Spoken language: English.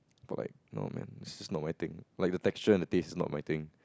but like no man it's just not my thing like the texture and the taste is not my thing